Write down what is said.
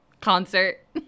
concert